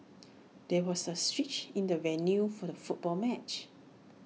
there was A switch in the venue for the football match